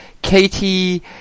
Katie